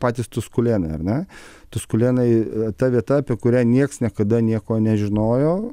patys tuskulėnai ar ne tuskulėnai ta vieta apie kurią nieks niekada nieko nežinojo